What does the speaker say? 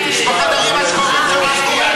בחדרים השחורים,